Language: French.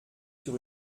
sur